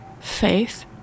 faith